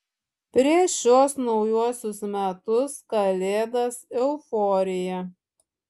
prieš šiuos naujuosius metus kalėdas euforija